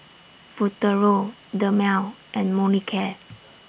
Futuro Dermale and Molicare